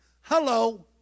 Hello